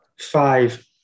five